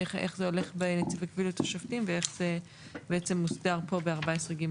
איך זה הולך בנציבות קבילות השופטים ואיך זה מוסדר פה ב-14(ג)(ג).